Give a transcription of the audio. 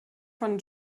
von